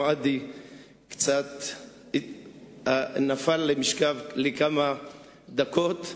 מועדי קצת נפל למשכב לכמה דקות.